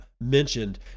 mentioned